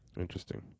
Interesting